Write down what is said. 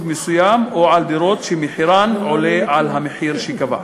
מסוים או על דירות שמחירן עולה על המחיר שקבע.